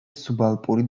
სუბალპური